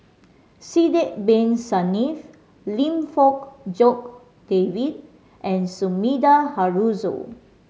Sidek Bin Saniff Lim Fong Jock David and Sumida Haruzo